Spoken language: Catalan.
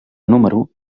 número